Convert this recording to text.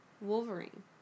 Wolverine